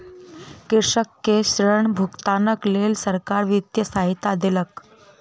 कृषक के ऋण भुगतानक लेल सरकार वित्तीय सहायता देलक